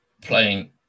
playing